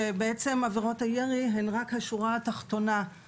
שעבירות הירי הן בעצם רק השורה התחתונה,